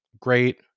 great